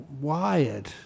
wired